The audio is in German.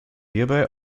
hierbei